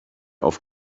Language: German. auf